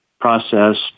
processed